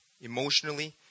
emotionally